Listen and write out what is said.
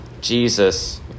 jesus